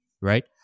right